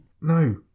no